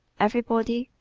everybody,